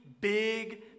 big